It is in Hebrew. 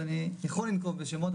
ואני יכול לנקוב בשמות,